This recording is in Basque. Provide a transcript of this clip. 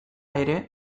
ere